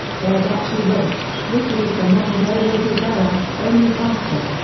verducci wrote, rickey is the modern-day yogi berra, only faster.